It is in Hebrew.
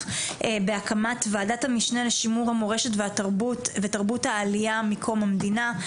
בהקמת ועדת המשנה לשימור המורשת ותרבות העלייה מקום המדינה.